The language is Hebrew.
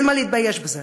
אין מה להתבייש בזה.